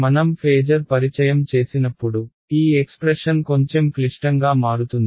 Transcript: మనం ఫేజర్ పరిచయం చేసినప్పుడు ఈ ఎక్స్ప్రెషన్ కొంచెం క్లిష్టంగా మారుతుంది